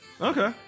okay